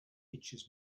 itches